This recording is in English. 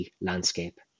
landscape